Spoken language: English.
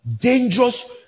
dangerous